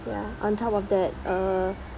ya on top of that uh